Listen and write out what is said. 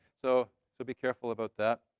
so so be careful about that.